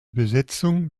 besetzung